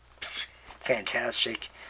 fantastic